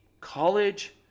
college